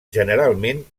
generalment